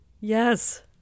Yes